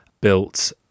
built